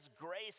grace